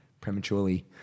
prematurely